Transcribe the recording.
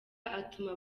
atuma